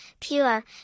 pure